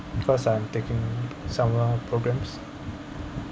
because I'm taking summer programs